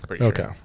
Okay